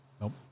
nope